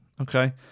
Okay